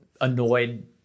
annoyed